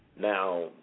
Now